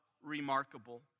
remarkable